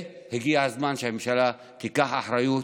הגיע הזמן שהממשלה תיקח אחריות,